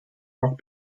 rock